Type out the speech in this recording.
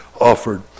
Offered